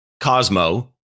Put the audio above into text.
Cosmo